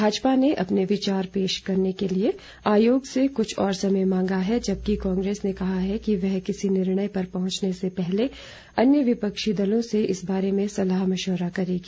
भाजपा ने अपने विचार पेश करने के लिए आयोग से कुछ और समय मांगा है जबकि कांग्रेस ने कहा है कि वह किसी निर्णय पर पहुंचने से पहले अन्य विपक्षी दलों से इस बारे में सलाह मशविरा करेगी